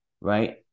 right